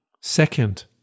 second